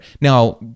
Now